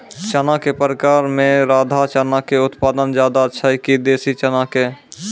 चना के प्रकार मे राधा चना के उत्पादन ज्यादा छै कि देसी चना के?